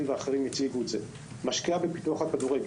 ואחרים יציגו את זה משקיעה בפיתוח הכדורגל.